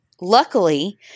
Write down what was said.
Luckily